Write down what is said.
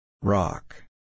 Rock